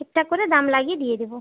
ঠিকঠাক করে দাম লাগিয়ে দিয়ে দেবো